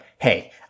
hey